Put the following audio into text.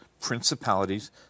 principalities